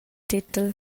tetel